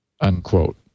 Unquote